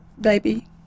baby